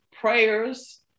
prayers